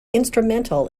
instrumental